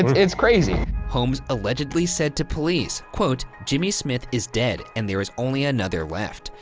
it's crazy. holmes allegedly said to police, jimmy smith is dead and there is only another left.